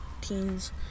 teens